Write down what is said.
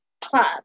club